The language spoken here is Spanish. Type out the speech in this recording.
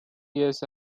diez